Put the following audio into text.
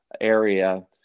area